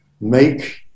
make